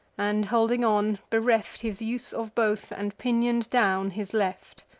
and holding on, bereft his use of both, and pinion'd down his left.